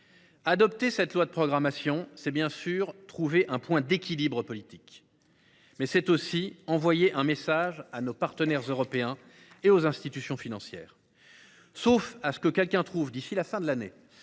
adopter cette loi de programmation, c’est bien sûr trouver un point d’équilibre politique, mais c’est aussi envoyer un message à nos partenaires européens et aux institutions financières. Sauf à ce que quelqu’un trouve, d’ici à la fin de l’année,